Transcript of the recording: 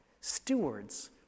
stewards